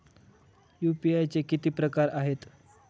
UPI चे किती प्रकार आहेत?